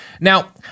Now